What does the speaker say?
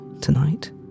tonight